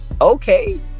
okay